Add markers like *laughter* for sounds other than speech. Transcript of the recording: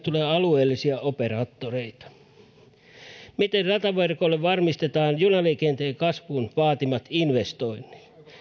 *unintelligible* tulee alueellisia operaattoriyrityksiä miten rataverkolle varmistetaan junaliikenteen kasvun vaatimat investoinnit